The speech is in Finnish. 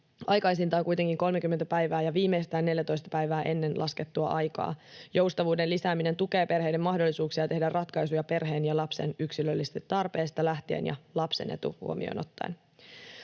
aikaisintaan kuitenkin 30 päivää ja viimeistään 14 päivää ennen laskettua aikaa. Joustavuuden lisääminen tukee perheiden mahdollisuuksia tehdä ratkaisuja perheen ja lapsen yksilöllisistä tarpeista lähtien ja lapsen etu huomioon ottaen.